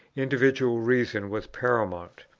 individual reason was paramount.